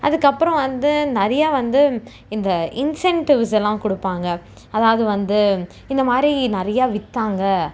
அதுக்கப்பறம் வந்து நிறையா வந்து இந்த இன்சென்டிவ்ஸ்லாம் கொடுப்பாங்க அதாவது வந்து இந்த மாதிரி நிறையா விற்றாங்க